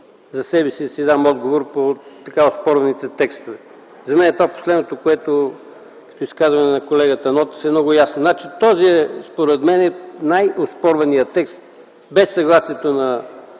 за себе си да дам отговор на така оспорваните текстове. За мен последното изказване на колегата Нотев е много ясно. Този е най-оспорваният текст: без съгласието на